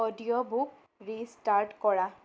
audiobook restart কৰা